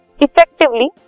effectively